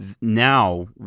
Now